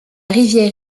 rivière